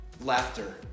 Laughter